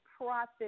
profit